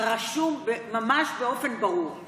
רשום ממש באופן ברור.